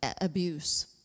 abuse